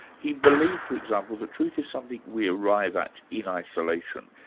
he believed, for example, that truth is something we arrive at in isolation.